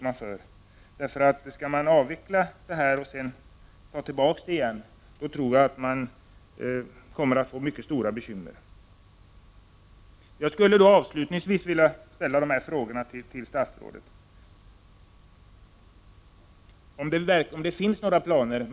Om man först skall avveckla det här och sedan återinföra det, kommer man att få mycket stora bekymmer. Avslutningsvis skulle jag vilja ställa ett par frågor till statsrådet.